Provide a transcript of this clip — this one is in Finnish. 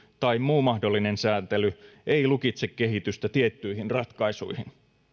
tai muu mahdollinen sääntely ei lukitse kehitystä tiettyihin ratkaisuihin